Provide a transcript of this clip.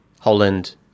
Holland